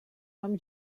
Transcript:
amb